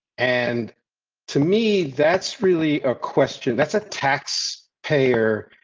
and to me, that's really a question that's a tax payer.